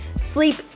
sleep